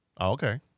Okay